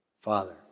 Father